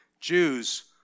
Jews